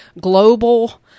global